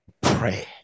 pray